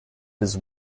his